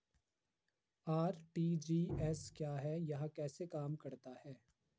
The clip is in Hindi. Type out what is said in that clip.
आर.टी.जी.एस क्या है यह कैसे काम करता है?